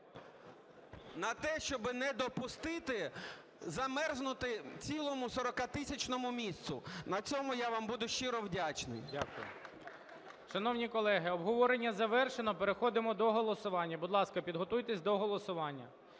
на те, щоб не допустити замерзнути цілому 40-тисячому місту. На цьому я вам буду щиро вдячний.